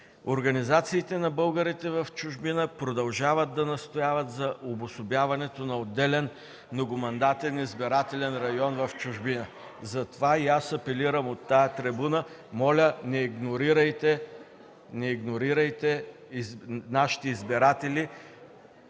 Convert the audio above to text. организациите на българите в чужбина продължават да настояват за обособяването на отделен многомандатен избирателен район в чужбина. Затова и апелирам от тази трибуна: моля не игнорирайте нашите избиратели,